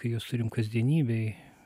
kai juos turim kasdienybėj